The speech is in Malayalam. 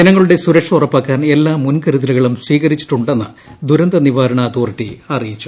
ജനങ്ങളുടെ സുരക്ഷ ഉറപ്പാക്കാൻ എല്ലാ മുൻകരുതലുകളും സ്വീകരിച്ചിട്ടുണ്ടെന്ന് ദുരന്ത നിവാരണ അതോറിറ്റി അറിയിച്ചു